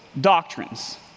doctrines